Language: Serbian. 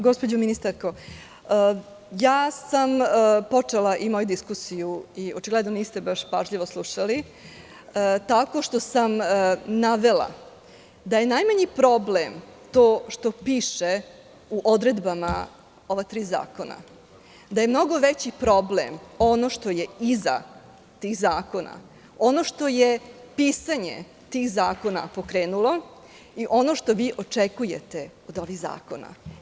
Gospođo ministarko, počela sam moju diskusiju, i očigledno niste baš pažljivo slušali, tako što sam navela da je najmanji problem to što piše u odredbama ova tri zakona, da je mnogo veći problem ono što je iza tih zakona, ono što je pisanje tih zakona pokrenulo i ono što vi očekujete od ovih zakona.